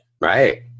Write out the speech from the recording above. Right